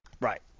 Right